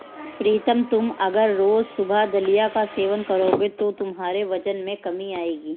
प्रीतम तुम अगर रोज सुबह दलिया का सेवन करोगे तो तुम्हारे वजन में कमी आएगी